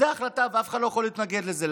זו החלטה, ואף אחד לא יכול להתנגד לזה.